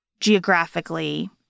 geographically